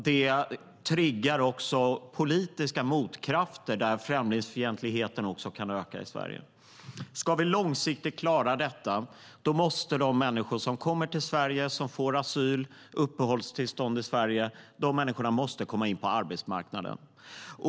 Det triggar också politiska motkrafter, där främlingsfientligheten kan öka i Sverige. Ska vi långsiktigt klara detta måste de människor som kommer till Sverige och får asyl och uppehållstillstånd i Sverige komma in på arbetsmarknaden.